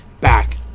back